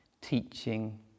teaching